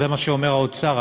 זה מה שאומר האוצר,